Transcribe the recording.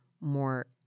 more